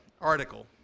article